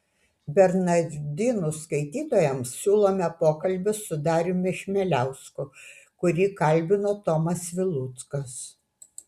bernardinų skaitytojams siūlome pokalbį su dariumi chmieliausku kurį kalbino tomas viluckas